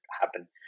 happen